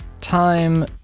time